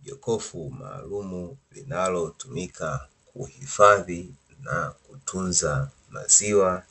Jokofu maalumu linalotumika kuhifadhi na kutunza maziwa,